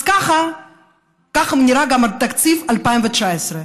אז ככה נראה גם תקציב 2019,